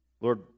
Lord